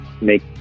make